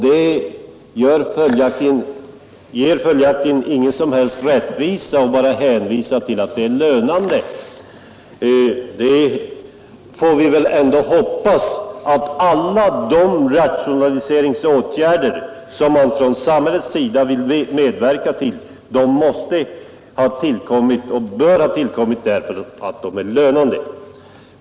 Det ger följaktligen ingen som helst rättvisa om man bara hänvisar till att det är lönande. Vi får väl ändå hoppas att alla de rationaliseringsåtgärder som samhället medverkar till har tillkommit därför att de är lönande.